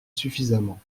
suffisamment